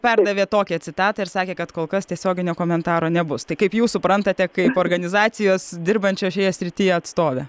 perdavė tokią citatą ir sakė kad kol kas tiesioginio komentaro nebus tai kaip jūs suprantate kaip organizacijos dirbančios šioje srityje atstovė